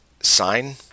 sign